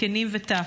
זקנים וטף.